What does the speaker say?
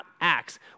Acts